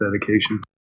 dedication